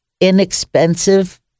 inexpensive